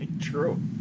true